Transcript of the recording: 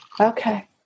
Okay